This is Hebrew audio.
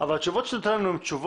אבל התשובות שאתה נותן לנו הן תשובות